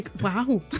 wow